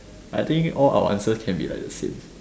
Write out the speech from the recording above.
I think all our answers can be like the same